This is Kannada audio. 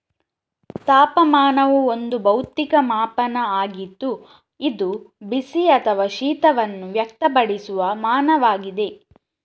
ತಾಪಮಾನವು ಒಂದು ಭೌತಿಕ ಮಾಪನ ಆಗಿದ್ದು ಇದು ಬಿಸಿ ಅಥವಾ ಶೀತವನ್ನು ವ್ಯಕ್ತಪಡಿಸುವ ಮಾನವಾಗಿದೆ